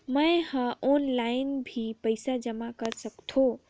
मैं ह ऑनलाइन भी पइसा जमा कर सकथौं?